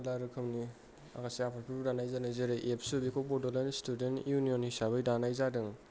आलदा रोखोमनि माखासे आफादफोर दानाय जेरै एबसु बेखौ बड'लेण्ड स्टुडेन यूनियन हिसाबै दानाय जादों